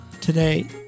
Today